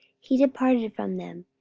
he departed from them,